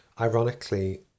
Ironically